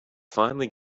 finally